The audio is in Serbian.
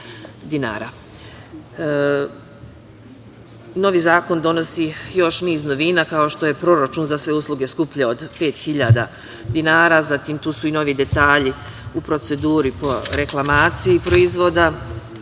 zakon donosi još niz novina, kao što je proračun za sve usluge skuplje od 5.000 dinara, zatim tu su i novi detalji u proceduri po reklamaciji proizvoda,